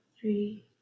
three